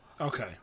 Okay